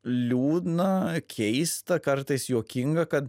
liūdna keista kartais juokinga kad